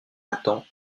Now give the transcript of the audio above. attend